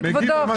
כבודו,